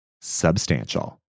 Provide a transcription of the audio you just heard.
substantial